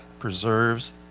preserves